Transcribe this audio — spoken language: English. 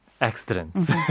accidents